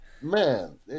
man